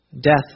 Death